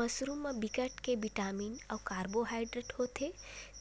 mushroom म बिकट के बिटामिन अउ कारबोहाइडरेट होथे